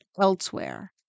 elsewhere